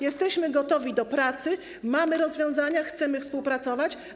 Jesteśmy gotowi do pracy, mamy rozwiązania, chcemy współpracować.